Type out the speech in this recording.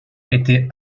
était